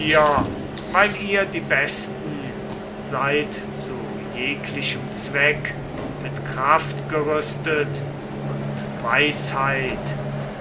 weil ihr die besten seid zu jeglichem zweck mit kraft gerüstet und weisheit